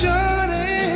Johnny